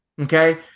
Okay